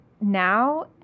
now